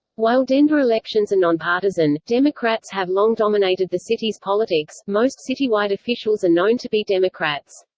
while denver elections are non-partisan, democrats have long dominated the city's politics most citywide officials are known to be democrats.